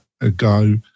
ago